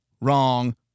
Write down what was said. wrong